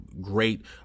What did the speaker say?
great